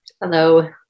Hello